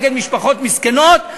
נגד משפחות מסכנות,